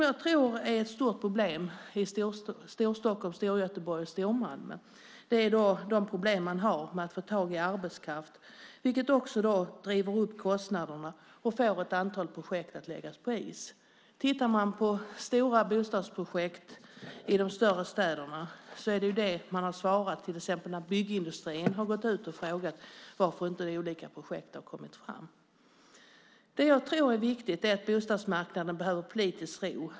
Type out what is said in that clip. Ett stort problem i Storstockholm, Storgöteborg och Stormalmö är att få tag i arbetskraft, vilket driver upp kostnaderna och får ett antal projekt att läggas på is. När det gäller stora bostadsprojekt i de större städerna är det detta som man har svarat till exempel när byggindustrin har gått ut och frågat varför inte olika projekt har kommit till stånd. Jag tror att det är viktigt att bostadsmarknaden får politisk ro.